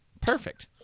Perfect